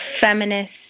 feminist